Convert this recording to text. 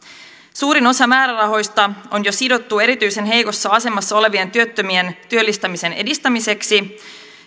suurin osa määrärahoista on jo sidottu erityisen heikossa asemassa olevien työttömien työllistämisen edistämiseksi